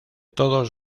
todos